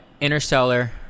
Interstellar